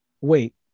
Wait